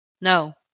No